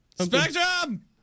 Spectrum